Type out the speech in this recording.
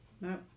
No